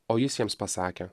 o jis jiems pasakė